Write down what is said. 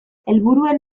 helburuen